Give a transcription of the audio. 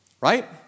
Right